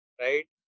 Right